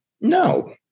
No